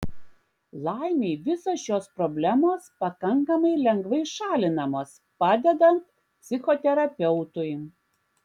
laimei visos šios problemos pakankamai lengvai šalinamos padedant psichoterapeutui